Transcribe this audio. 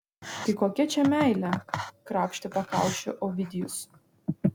tai kokia čia meilė krapštė pakaušį ovidijus